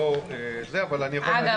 אבל אני יכול להגיד --- אגב,